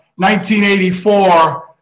1984